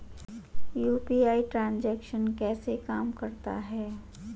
UPI transaction कैसे काम करता है?